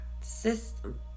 system